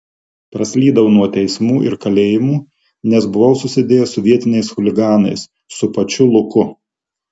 praslydau nuo teismų ir kalėjimų nes buvau susidėjęs su vietiniais chuliganais su pačiu luku